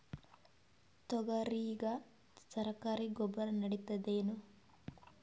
ತೊಗರಿಗ ಸರಕಾರಿ ಗೊಬ್ಬರ ನಡಿತೈದೇನು?